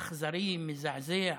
אכזרי, מזעזע,